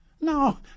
No